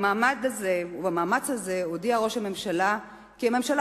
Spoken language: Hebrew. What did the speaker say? במעמד הזה ובמאמץ הזה הודיע ראש הממשלה כי הממשלה